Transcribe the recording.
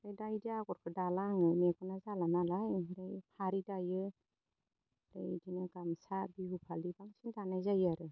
ओमफ्राय दा इदि आगरखौ दाला आङो मेगना जाला नालाय ओमफ्राय फारि दायो आरो इदिनो गामसा बिहुफालि बांसिन दानाय जायो आरो